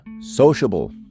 sociable